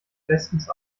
bestens